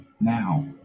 Now